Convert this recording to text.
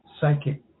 psychic